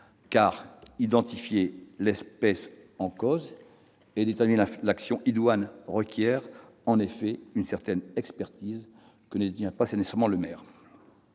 Car identifier l'espèce en cause et déterminer l'action idoine requièrent une certaine expertise que ne détient pas nécessairement le maire.